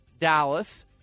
Dallas